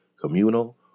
communal